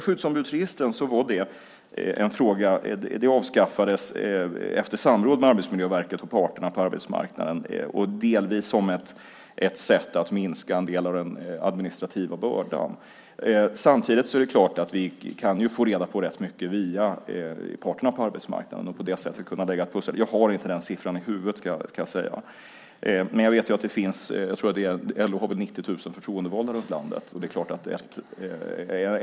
Skyddsombudsregistren avskaffades efter samråd med Arbetsmiljöverket och parterna på arbetsmarknaden, delvis som ett sätt att minska en del av den administrativa bördan. Samtidigt är det klart att vi kan få reda på rätt mycket via parterna på arbetsmarknaden och på det sättet lägga ett pussel. Jag har inte siffran i huvudet, ska jag säga, men jag tror att LO har 90 000 förtroendevalda runt landet.